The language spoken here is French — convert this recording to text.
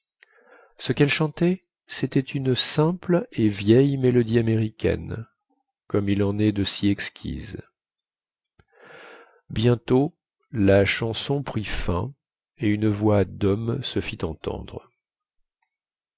ce quelle chantait cétait une simple et vieille mélodie américaine comme il en est de si exquises bientôt la chanson prit fin et une voix dhomme se fit entendre